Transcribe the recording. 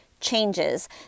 changes